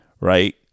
right